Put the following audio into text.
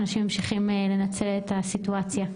אנשים ממשיכים לנצל את הסיטואציה.